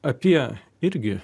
apie irgi